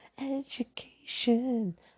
Education